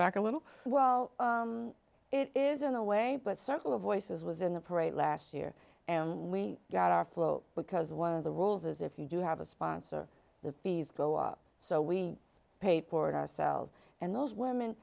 back a little well it isn't away but circle of voices was in the parade last year we got our full because one of the rules is if you do have a sponsor the fees go up so we paid for it ourselves and those women